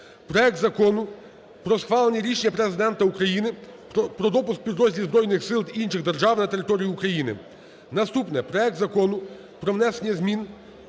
проект Закону про схвалення рішення Президента України про допуск підрозділів збройних сил інших держав на територію України. Наступне. Проект Закону про внесення змін